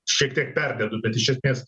šiek tiek perdedu bet iš esmės